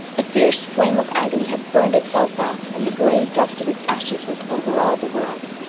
the fierce flame of agony had burned itself out and the grey dust of its ashes was over all the world.